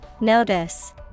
Notice